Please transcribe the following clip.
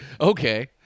okay